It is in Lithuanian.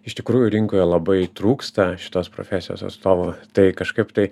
iš tikrųjų rinkoje labai trūksta šitos profesijos atstovų tai kažkaip tai